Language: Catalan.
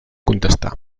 contestar